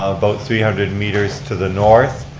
about three hundred meters to the north,